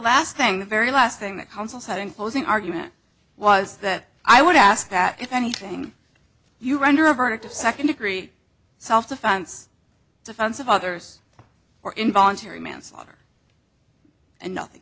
last thing the very last thing that counsel said in closing argument was that i would ask that if anything you render a verdict of second degree self defense defense of others or involuntary manslaughter and nothing